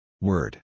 Word